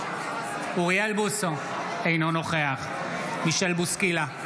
אינו נוכח מישל בוסקילה,